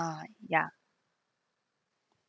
ya